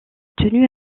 tenu